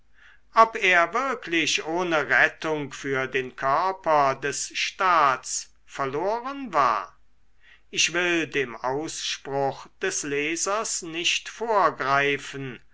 ob er wirklich ohne rettung für den körper des staats verloren war ich will dem ausspruch des lesers nicht vorgreifen